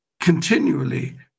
continually